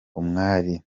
umwali